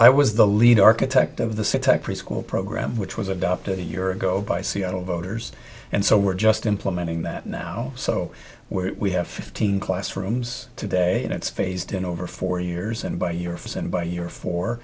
i was the lead architect of the setup preschool program which was adopted a year ago by seattle voters and so we're just implementing that now so where we have fifteen classrooms today and it's phased in over four years and by your face and by your four